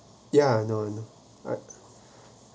ya I know I know alright